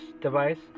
device